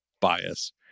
bias